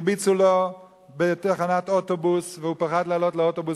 הרביצו לו בתחנת אוטובוס והוא פחד לעלות לאוטובוס,